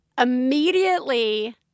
immediately